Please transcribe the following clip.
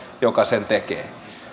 joka sen tekee